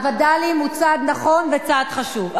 הווד"לים הם צעד נכון וצעד חשוב.